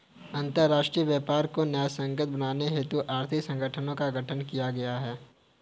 अंतरराष्ट्रीय व्यापार को न्यायसंगत बनाने हेतु आर्थिक संगठनों का गठन किया गया है